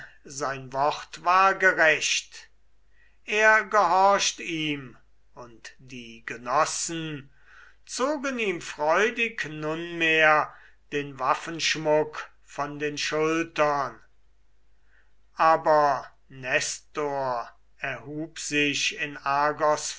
sein wort war gerecht er gehorcht ihm und die genossen zogen ihm freudig nunmehr den waffenschmuck von den schultern aber nestor erhub sich in argos